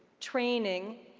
training,